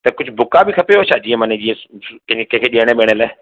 त कुछ बुका बि खपेव छा जीअं माने कंहिंखे ॾियण विअण लाइ